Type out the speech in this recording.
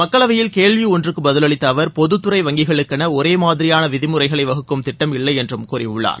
மக்களவையில் கேள்வி ஒன்றுக்கு பதிலளித்த அவர் பொதுத்துறை வங்கிகளுக்கென ஒரே மாதிரியான விதிமுறைகளை வகுக்கும் திட்டம் இல்லை என்றும் கூறியுள்ளார்